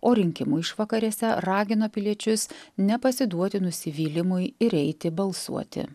o rinkimų išvakarėse ragino piliečius nepasiduoti nusivylimui ir eiti balsuoti